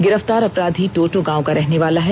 गिरफ्तार अपराधी टोटो गांव के रहने वाला है